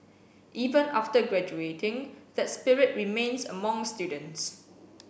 even after graduating that spirit remains among students